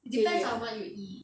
really ah